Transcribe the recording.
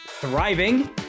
thriving